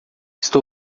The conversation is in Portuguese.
estou